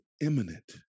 imminent